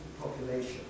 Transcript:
population